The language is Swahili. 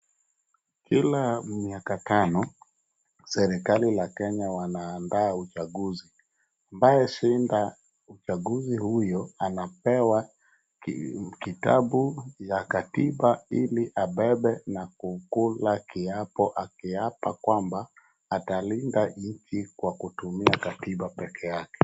Kila miaka tano, serikali la Kenya wanaanda uchaguzi. Anayeshinda uchaguzi huyo anapewa kitabu ya katiba ili abebe na kukula kiapo akiapa kwamba atalinda nchi kwa kutumia katiba pekee yake.